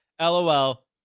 LOL